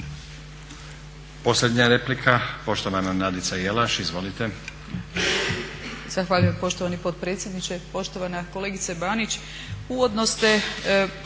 Posljednja replika poštovana Nadica Jelaš. Izvolite.